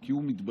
כי הוא מתבייש.